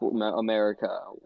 America